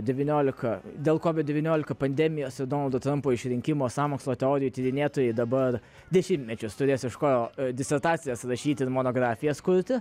devyniolika dėl kovid devyniolika pandemijos ir donaldo trumpo išrinkimo sąmokslo teorijų tyrinėtojai dabar dešimtmečius turės iš ko disertacijas rašyti ir monografijas kurti